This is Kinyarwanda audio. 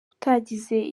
utagize